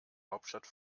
hauptstadt